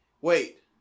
Wait